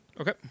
Okay